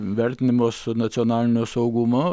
vertinimas nacionalinio saugumo